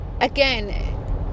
again